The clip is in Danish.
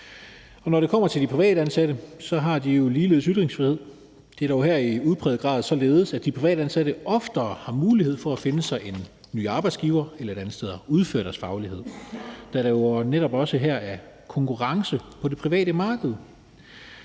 Og når det kommer til de privatansatte, har de jo ligeledes ytringsfrihed. Det er dog her i udpræget grad således, at de privatansatte oftere har mulighed for at finde sig en ny arbejdsgiver eller et andet sted at udføre deres faglighed, da der jo netop er konkurrence på det private marked